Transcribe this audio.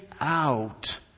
out